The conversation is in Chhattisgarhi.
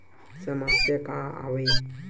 समस्या का आवे?